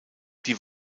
die